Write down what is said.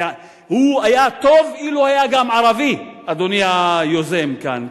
הוא היה טוב אילו היה גם ערבי, אדוני היוזם כאן.